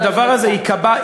הדבר הזה ייקבע,